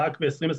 רק ב-2028,